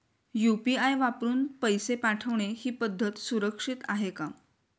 UPI वापरून पैसे पाठवणे ही पद्धत सुरक्षित आहे का?